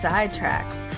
Sidetracks